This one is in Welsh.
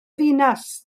ddinas